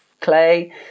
clay